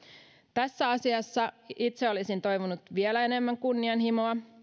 tässä asiassa itse olisin toivonut vielä enemmän kunnianhimoa